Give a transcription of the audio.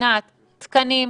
מבחינת תקנים.